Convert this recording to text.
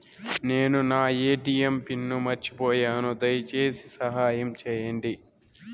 నేను నా ATM PIN మర్చిపోయాను, దయచేసి సహాయం చేయండి